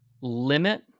limit